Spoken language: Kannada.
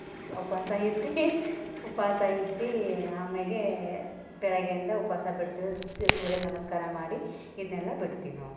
ಉಪವಾಸ ಇದ್ದು ಉಪ್ವಾಸ ಇದ್ದು ಆಮ್ಯಾಲೆ ಬೆಳಗ್ಗೆಯಿಂದ ಉಪವಾಸ ಬಿಡ್ತೀವಿ ದ್ಯು ಸೂರ್ಯ ನಮಸ್ಕಾರ ಮಾಡಿ ಇದನ್ನೆಲ್ಲ ಬಿಡ್ತೀವಿ ನಾವು